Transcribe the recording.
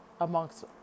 amongst